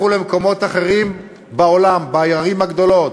לכו למקומות אחרים בעולם, בערים הגדולות,